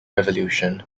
revolution